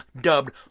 dubbed